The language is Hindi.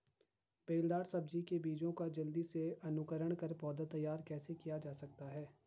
बेलदार सब्जी के बीजों का जल्दी से अंकुरण कर पौधा तैयार कैसे किया जा सकता है?